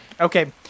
Okay